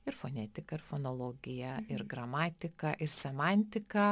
ir fonetiką ir fonologiją ir gramatiką ir semantiką